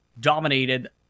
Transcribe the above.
dominated